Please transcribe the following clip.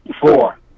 Four